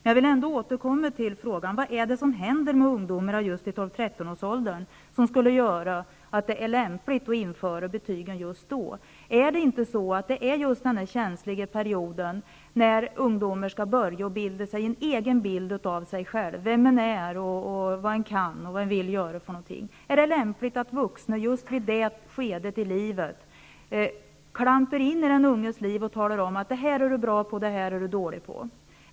Jag vill ändå återkomma till frågan: Vad är det som händer med ungdomarna i 12--13-årsåldern, som skulle göra att det är lämpligt att införa betygen just då? Är inte det den känsliga period, då ungdomar skall börja att bilda sig en egen bild av sig själva och av vem de är, vad de kan och vill göra för någonting? Är det lämpligt att vuxna i detta skede klampar in i den unges liv och talar om vad han eller hon är bra på resp. dålig på?